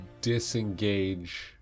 disengage